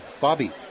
Bobby